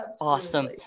Awesome